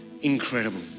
incredible